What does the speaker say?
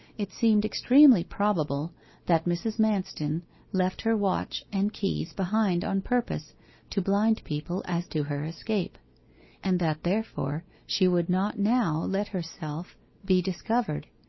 it seemed extremely probable that mrs. manston left her watch and keys behind on purpose to blind people as to her escape and that therefore she would not now let herself be discovered,